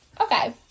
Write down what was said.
Okay